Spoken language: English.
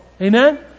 Amen